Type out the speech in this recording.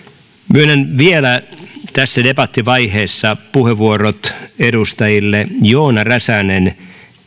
myönnän vielä tässä debattivaiheessa puheenvuorot edustajille joona räsänen